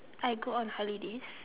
I go on holidays